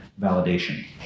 Validation